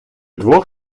двох